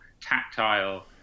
tactile